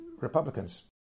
Republicans